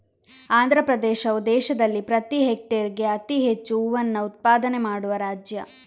ಆಂಧ್ರಪ್ರದೇಶವು ದೇಶದಲ್ಲಿ ಪ್ರತಿ ಹೆಕ್ಟೇರ್ಗೆ ಅತಿ ಹೆಚ್ಚು ಹೂವನ್ನ ಉತ್ಪಾದನೆ ಮಾಡುವ ರಾಜ್ಯ